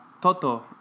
Toto